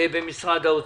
במשרד האוצר.